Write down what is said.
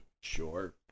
Sure